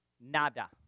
Nada